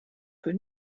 für